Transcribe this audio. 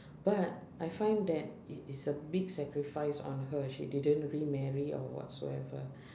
but I find that it is a big sacrifice on her she didn't remarry or whatsoever